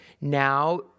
now